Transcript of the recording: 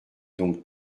donc